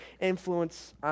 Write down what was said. influence